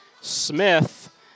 Smith